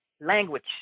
language